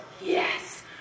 yes